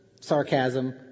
sarcasm